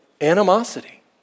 animosity